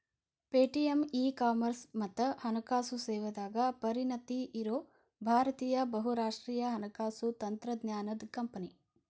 Paytm e commerce ಮತ್ತ ಹಣಕಾಸು ಸೇವೆದಾಗ ಪರಿಣತಿ ಇರೋ ಭಾರತೇಯ ಬಹುರಾಷ್ಟ್ರೇಯ ಹಣಕಾಸು ತಂತ್ರಜ್ಞಾನದ್ ಕಂಪನಿ